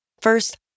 First